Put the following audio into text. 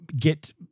get